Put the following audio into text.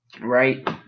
Right